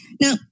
Now